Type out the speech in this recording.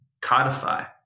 codify